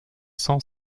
cent